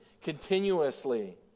continuously